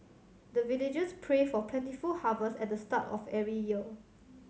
the villagers pray for plentiful harvest at the start of every year